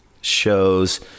shows